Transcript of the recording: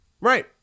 Right